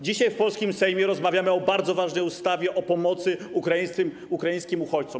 Dzisiaj w polskim Sejmie rozmawiamy o bardzo ważnej ustawie o pomocy ukraińskim uchodźcom.